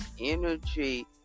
energy